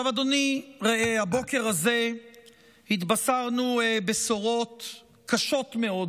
אדוני, ראה, הבוקר הזה התבשרנו בשורות קשות מאוד